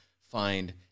find